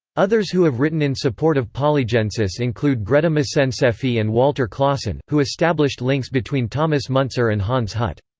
others who have written in support of polygensis include grete mecenseffy and walter klaassen, who established links between thomas muntzer and hans hut.